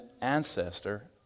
ancestor